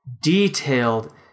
detailed